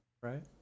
right